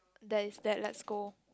that is that let's go